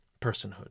personhood